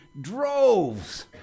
droves